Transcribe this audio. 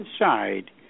inside